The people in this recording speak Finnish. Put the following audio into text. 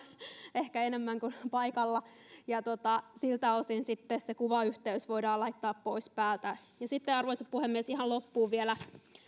ehkä enemmän kuin paikalla ja siltä osin sitten se kuvayhteys voidaan laittaa pois päältä sitten arvoisa puhemies ihan loppuun vielä